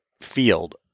field